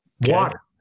Water